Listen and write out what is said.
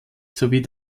sowie